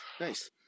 Nice